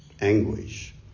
anguish